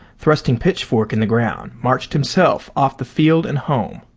thrusting pitchfork in the ground, marched himself off the field and home.